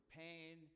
pain